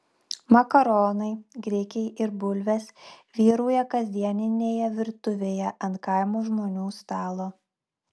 makaronai grikiai ir bulvės vyrauja kasdieninėje virtuvėje ant kaimo žmonių stalo